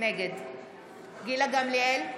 נגד גילה גמליאל,